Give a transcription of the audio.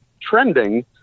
trending